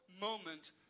moment